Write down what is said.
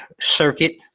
circuit